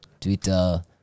twitter